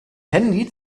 handy